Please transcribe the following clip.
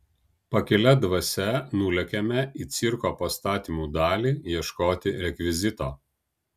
pakilia dvasia nulėkėme į cirko pastatymų dalį ieškoti rekvizito